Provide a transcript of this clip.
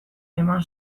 eman